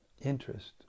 interest